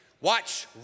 Watch